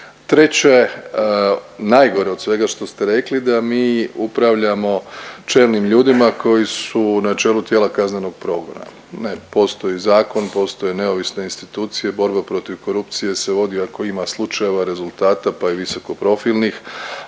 Treće, najgore od svega što ste rekli da mi upravljamo čelnim ljudima koji su na čelu tijela kaznenog progona. Ne postoji zakon, postoje neovisne institucije, borba protiv korupcije se vodi ako ima slučajeva rezultata pa i visoko profilnih,